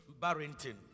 Barrington